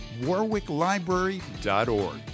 warwicklibrary.org